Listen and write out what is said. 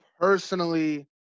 Personally